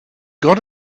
got